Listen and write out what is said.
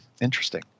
Interesting